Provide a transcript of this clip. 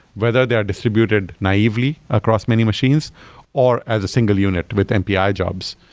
whether they're distributed naively across many machines or as a single unit with mpi jobs,